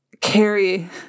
carry